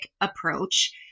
approach